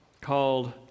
called